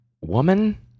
woman